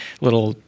little